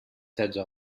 setze